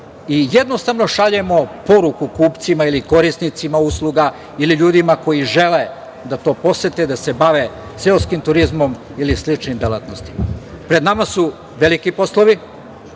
i jednostavno šaljemo poruku kupcima ili korisnicima usluga ili ljudima koji žele da to posete, da se bave seoskim turizmom ili sličnim delatnostima. Pred nama su veliki poslovi.